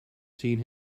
seen